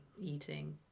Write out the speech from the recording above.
eating